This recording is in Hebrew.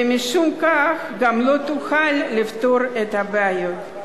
ומשום כך גם לא תוכל לפתור את הבעיות.